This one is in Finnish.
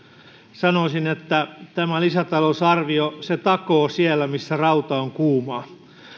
sanoisin että tämä lisätalousarvio takoo siellä missä rauta on kuumaa